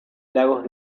lagos